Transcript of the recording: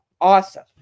awesome